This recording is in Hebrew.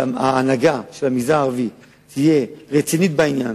אם ההנהגה של המגזר הערבי תהיה רצינית בעניין